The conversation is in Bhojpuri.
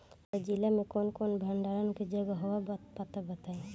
हमरा जिला मे कवन कवन भंडारन के जगहबा पता बताईं?